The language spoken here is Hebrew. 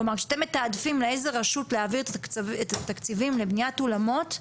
כלומר כשאתם מתעדפים לאיזה רשות להעביר את התקציבים לבניית אולמות,